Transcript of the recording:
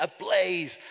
ablaze